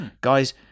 guys